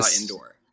indoor